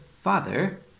Father